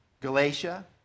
Galatia